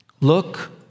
Look